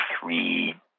three